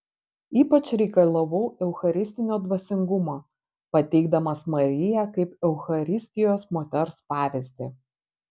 ypač reikalavau eucharistinio dvasingumo pateikdamas mariją kaip eucharistijos moters pavyzdį